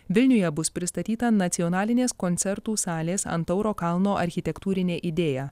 vilniuje bus pristatyta nacionalinės koncertų salės ant tauro kalno architektūrinė idėja